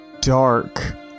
dark